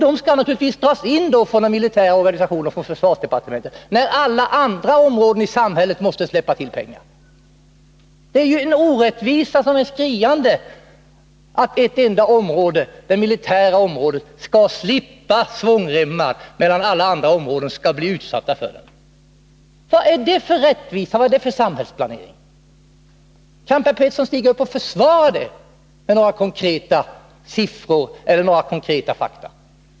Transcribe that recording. De skall naturligtvis dras in från den militära organisationen och från försvarsdepartementet, eftersom också alla andra områden i samhället måste släppa till pengar. Det är en orättvisa som är skriande att ett enda område, det militära området, skall slippa svångremmar, medan alla andra områden skall utsättas för det. Vad är det för rättvisa? Vad är det för samhällsplanering? Kan Per Petersson stiga upp och försvara detta med några konkreta siffror eller fakta?